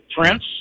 Prince